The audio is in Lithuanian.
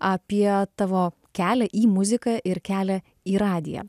apie tavo kelią į muziką ir kelią į radiją